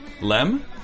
Lem